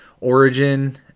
origin